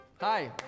Hi